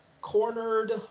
cornered